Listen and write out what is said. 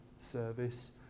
service